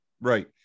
right